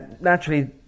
naturally